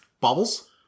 Bubbles